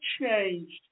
changed